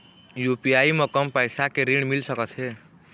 UPI म कम पैसा के ऋण मिल सकथे?